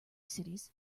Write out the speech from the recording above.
cities